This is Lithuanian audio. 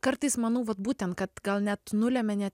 kartais manau vat būtent kad gal net nulemia ne